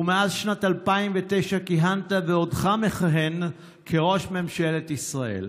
ומאז שנת 2009 כיהנת ועודך מכהן כראש ממשלת ישראל,